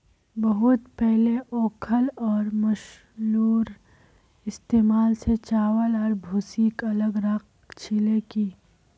बहुत पहले ओखल और मूसलेर इस्तमाल स चावल आर भूसीक अलग राख छिल की